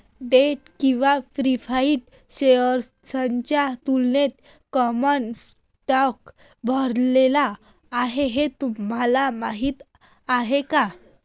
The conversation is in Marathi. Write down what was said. डेट किंवा प्रीफर्ड शेअर्सच्या तुलनेत कॉमन स्टॉक भरलेला आहे हे तुम्हाला माहीत आहे का?